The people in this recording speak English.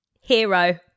hero